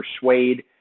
persuade